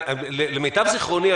למיטב זכרוני,